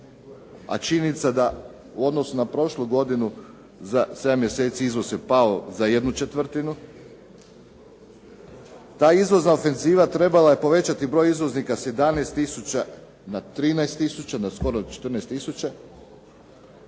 a činjenica u odnosu na prošlu godinu za 7 mjeseci izvoz je pao za jednu četvrtinu. Ta izvozna ofenziva trebala je povećati broj izvoznika sa 11 tisuća na 13 tisuća, skoro na